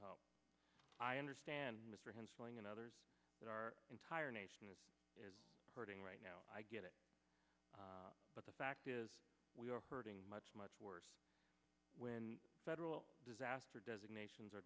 i understand mr handling and others that our entire nation is hurting right now i get it but the fact is we are hurting much much worse when federal disaster designations